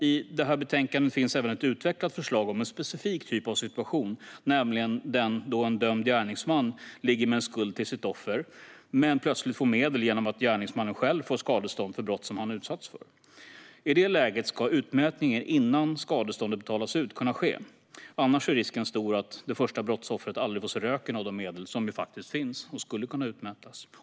I detta betänkande finns även ett utvecklat förslag om en specifik typ av situation, nämligen den då en dömd gärningsman har en skuld till sitt offer och plötsligt får medel genom att gärningsmannen själv får skadestånd för brott som han utsatts för. I det läget ska det kunna ske utmätning innan skadeståndet betalas ut, annars är risken stor att det första brottsoffret aldrig får se röken av de medel som ju faktiskt finns och skulle kunna utmätas.